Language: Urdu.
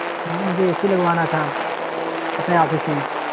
ہاں مجھے اے سی لگوانا تھا اپنے آفس میں